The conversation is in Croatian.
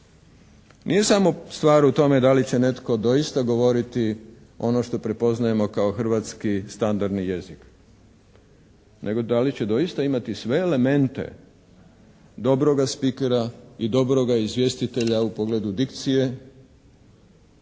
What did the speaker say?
Nije samo stvar u tome da li će netko doista govoriti ono što prepoznajemo kao hrvatski standardni jezik nego da li će doista imati sve elemente dobroga spikera i dobroga izvjestitelja u pogledu dikcije,